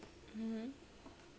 mmhmm